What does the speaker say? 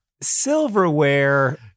Silverware